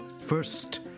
First